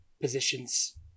positions